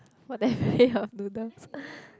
what they pay her noodle